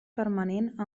permanent